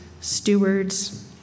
stewards